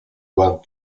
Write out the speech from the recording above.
world